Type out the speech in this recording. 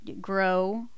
grow